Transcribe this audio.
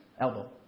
Elbow